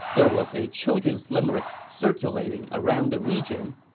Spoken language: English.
there was a children's limerick circulating around the region.